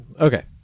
okay